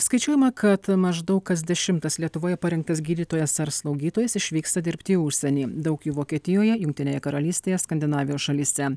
skaičiuojama kad maždaug kas dešimtas lietuvoje parengtas gydytojas ar slaugytojas išvyksta dirbti į užsienį daug jų vokietijoje jungtinėje karalystėje skandinavijos šalyse